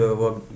work